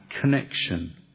connection